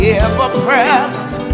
ever-present